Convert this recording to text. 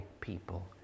people